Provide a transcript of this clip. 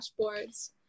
dashboards